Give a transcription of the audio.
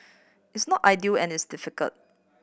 it's not ideal and it's difficult